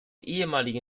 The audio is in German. ehemalige